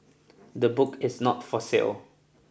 the book is not for sale